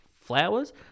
flowers